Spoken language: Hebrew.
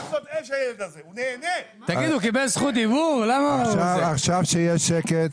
עכשיו שיהיה שקט.